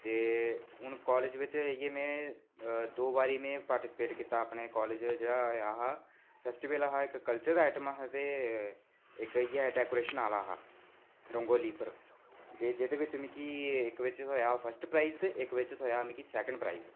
ते हून कालेज बिच्च में इयै दो बारी में पैार्टिसीपेट कीते जेह्का कालेज होया हा फैस्टिवल हा इक कल्चरल हा ते इक इयै डैकोरेशन आह्ला हा रंगोली उप्पर ते जेह्दे बिच्च इक बिच्च थ्होया हा मिगी फस्ट प्राईज ते इक बिच्च थ्होया हा सैकन्ड प्राईज